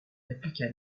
répliqua